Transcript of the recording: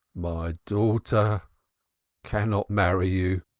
my daughter cannot marry you,